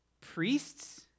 priests